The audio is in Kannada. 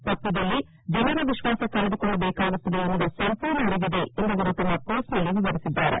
ತಪ್ಪಿದಲ್ಲಿ ಜನರ ವಿಶ್ವಾಸ ಕಳೆದುಕೊಳ್ಳಬೇಕಾಗುತ್ತದೆ ಎನ್ನುವ ಸಂಪೂರ್ಣ ಅರಿವಿದೆ ಎಂದು ಅವರು ತಮ್ಮ ಪೋಸ್ವ್ನಲ್ಲಿ ವಿವರಿಸಿದ್ದಾರೆ